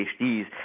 PhDs